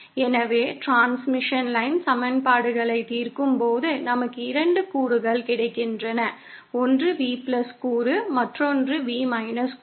எனவே transmission line சமன்பாடுகளைத் தீர்க்கும்போது நமக்கு 2 கூறுகள் கிடைக்கின்றன ஒன்று V கூறு மற்றொன்று V கூறு